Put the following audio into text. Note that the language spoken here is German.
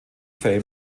fame